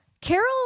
Carol